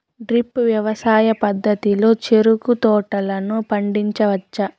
drip వ్యవసాయ పద్ధతిలో చెరుకు తోటలను పండించవచ్చా